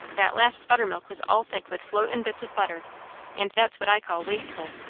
that last buttermilk was all thick with floatin' bits of butter and that's what i call wasteful.